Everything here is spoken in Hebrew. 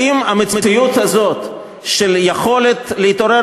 האם המציאות הזאת של היכולת להתעורר